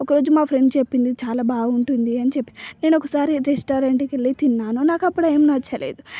ఒకరోజు మా ఫ్రెండ్ చెప్పింది చాలా బాగుంటుంది అని చెప్పి నేను ఒకసారి రెస్టారెంట్కి వెళ్ళి తిన్నాను నాకు అప్పుడు ఏం నచ్చలేదు